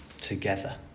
together